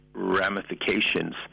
ramifications